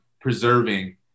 preserving